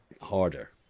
harder